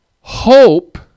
hope